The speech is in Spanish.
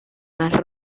mar